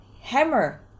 hammer